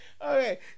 Okay